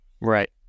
Right